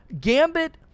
Gambit